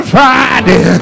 Friday